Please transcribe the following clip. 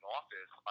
office